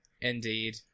Indeed